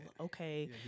okay